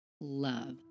love